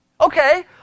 Okay